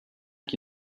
qui